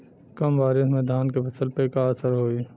कम बारिश में धान के फसल पे का असर होई?